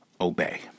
obey